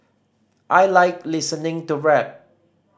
I like listening to rap